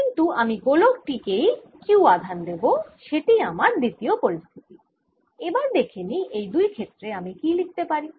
কিন্তু আমি গোলক টি কেই q আধান দেব সেটিই আমার দ্বিতীয় পরিস্থিতি এবার দেখে নিই এই দুই ক্ষেত্রে আমি কি লিখতে পারি